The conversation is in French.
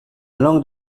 langue